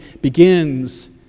begins